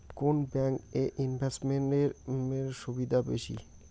কোন ব্যাংক এ ইনভেস্টমেন্ট এর সুবিধা বেশি?